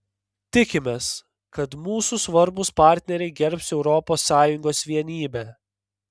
tikimės kad mūsų svarbūs partneriai gerbs europos sąjungos vienybę